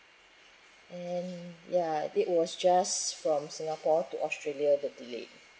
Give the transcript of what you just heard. and ya it was just from singapore to australia the delay